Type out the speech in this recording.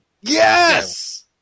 yes